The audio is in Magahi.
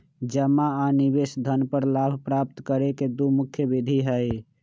जमा आ निवेश धन पर लाभ प्राप्त करे के दु मुख्य विधि हइ